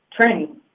training